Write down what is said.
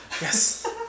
Yes